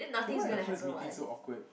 then why our first meeting so awkward